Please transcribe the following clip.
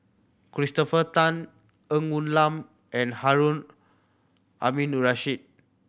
Christopher Tan Ng Woon Lam and Harun Aminurrashid